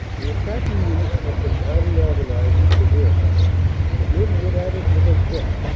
the attacking units had been highly organized for the work and the men went at it with a zip.